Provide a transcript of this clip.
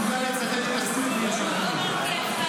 -- שמסוגל לצטט פסוק מישעיהו.